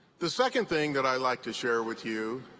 the second thing that i'd like to share with you